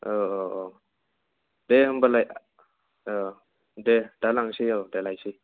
ओ ओ औ दे होम्बालाय औ देह दा लांसै औ दा लायसै